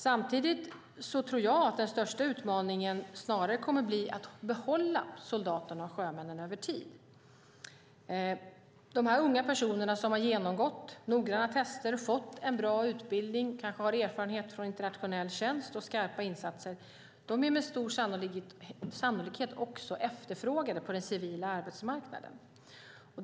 Jag tror att den största utmaningen kommer att vara att behålla soldaterna och sjömännen över tid. De unga personer som har genomgått noggranna tester, fått en bra utbildning och kanske har erfarenhet från internationell tjänst och skarpa insatser är med stor sannolikhet efterfrågade också på den civila arbetsmarknaden.